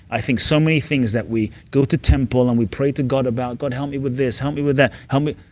i think so many things that we go to temple and we pray to god about, god, help me with this. help me with that. help we,